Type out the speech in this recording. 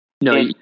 no